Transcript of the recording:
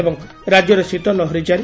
ଏବଂ ରାକ୍ୟରେ ଶୀତ ଲହରି କାରି